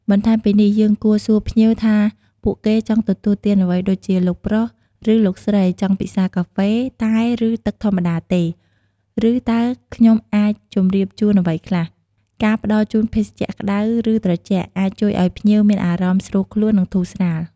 បន្ថែមពីនេះ យើងគួរ សួរភ្ញៀវ ថាពួកគេចង់ទទួលទានអ្វី ដូចជា "លោកប្រុស ឬលោកស្រី ចង់ពិសាកាហ្វេ តែ ឬទឹកធម្មតាទេ?" ឬ "តើខ្ញុំអាចជម្រាបជូនអ្វីខ្លះ?" ការផ្តល់ជូនភេសជ្ជៈក្តៅ ឬត្រជាក់ អាចជួយឲ្យភ្ញៀវមានអារម្មណ៍ស្រួលខ្លួន និងធូរស្រាល។